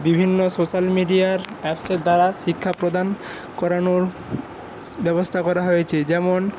বিভিন্ন সোশ্যাল মিডিয়ার অ্যাপসের দ্বারা শিক্ষাপ্রদান করানোর ব্যবস্থা করা হয়েছে যেমন